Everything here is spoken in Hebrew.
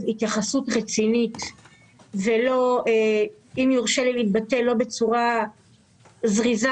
התייחסות רצינית ולא - אם יורשה לי להתבטא - בצורה זריזה